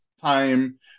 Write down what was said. time